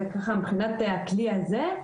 זה מבחינת הכלי הזה.